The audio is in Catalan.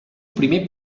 primer